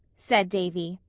said davy.